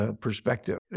perspective